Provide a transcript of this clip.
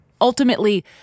Ultimately